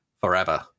forever